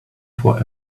for